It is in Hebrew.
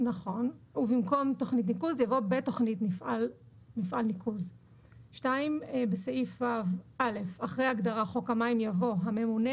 - ובמקום "בתכנית ניקוז" יבוא "בתכנית מפעל ניקוז"; 2. בסעיף ו (א)אחרי ההגדרה "חוק המים" יבוא: ""הממונה"